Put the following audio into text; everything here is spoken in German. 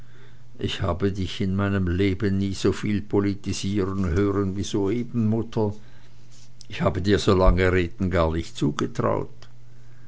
ich habe dich in meinem leben nie soviel politisieren hören wie soeben mutter ich habe dir so lange reden gar nicht zugetraut